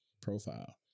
profile